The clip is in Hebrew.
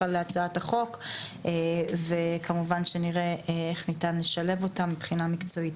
להצעת החוק וכמובן שנראה איך ניתן לשלב אותם מבחינה מקצועית.